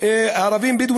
ערבים בדואים,